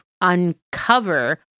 uncover